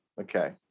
okay